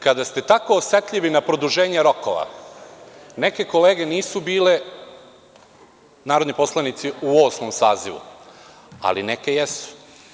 Kada ste tako osetljivi na produženje rokova, neke kolege nisu bili narodni poslanici u Osmom sazivu, ali neki jesu.